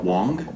Wong